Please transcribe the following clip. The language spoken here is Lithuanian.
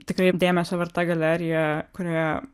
tikrai dėmesio verta galerija kurioje